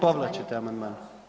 Povlačite amandman?